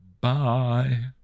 bye